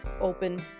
open